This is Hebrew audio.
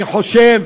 אני חושב